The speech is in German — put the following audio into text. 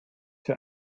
für